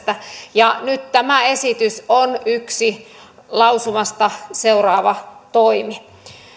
ja nyt tämä esitys on yksi lausumasta seuraava toimi